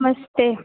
नमस्ते